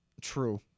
True